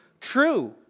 true